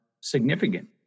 significant